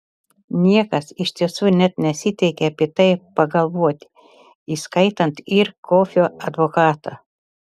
niekas iš tiesų net nesiteikė apie tai pagalvoti įskaitant ir kofio advokatą